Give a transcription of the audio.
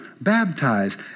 baptize